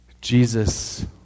Jesus